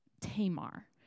Tamar